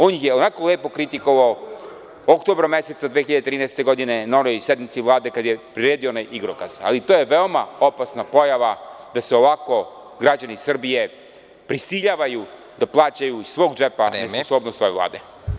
On je i onako lepo kritikovao oktobra meseca 2013. godine na onoj sednici Vlade kad je priredio onaj igrokaz, ali to je veoma opasna pojava da se ovako građani Srbije prisiljavaju da plaćaju iz svog džepa nesposobnost oveVlade.